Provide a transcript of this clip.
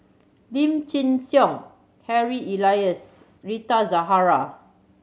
Lim Chin Siong Harry Elias Rita Zahara